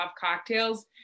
cocktails